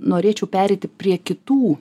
norėčiau pereiti prie kitų